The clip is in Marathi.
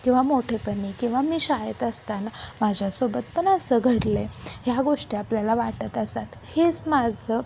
किंवा मोठेपणी किंवा मी शाळेत असताना माझ्यासोबत पण असं घडलं आहे ह्या गोष्टी आपल्याला वाटत असतात हेच माझं